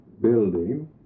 building